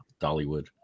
Dollywood